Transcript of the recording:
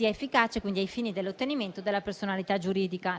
ai fini dell'ottenimento della personalità giuridica.